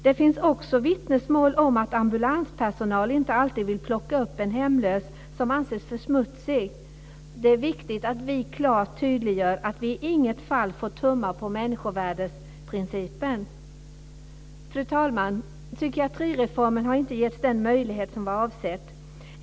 Det finns också vittnesmål om att ambulanspersonal inte alltid vill plocka upp en hemlös som anses för smutsig. Det är viktigt att vi klart tydliggör att vi i inget fall får tumma på människovärdesprincipen. Fru talman! Psykiatrireformen har inte getts den möjlighet som var avsedd.